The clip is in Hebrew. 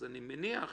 אני מניח שהרשם,